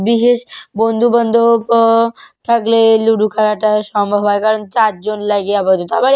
বিশেষ বন্ধুবান্ধব থাকলে লুডো খেলাটা সম্ভব হয় কারণ চার জন লাগে আপাতত আবার